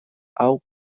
hau